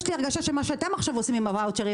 יש לי הרגשה שמה שאתם עושים עכשיו עם הוואוצ'רים